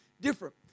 different